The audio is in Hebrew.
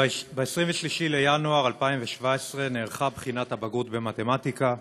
ב-23 בינואר 2017 נערכה בחינת הבגרות במתמטיקה.